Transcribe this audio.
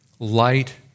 Light